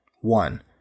One